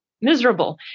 miserable